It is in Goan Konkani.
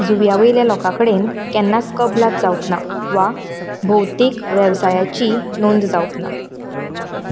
जुंव्यावयल्या लोकां कडेन केन्नाच कबलात जावंक ना वा भौतिक वेवसायाचीय नोंद जावंक ना